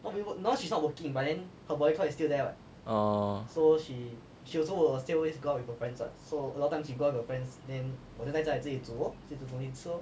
orh